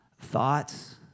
thoughts